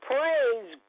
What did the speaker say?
Praise